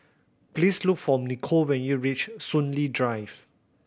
please look for Niko when you reach Soon Lee Drive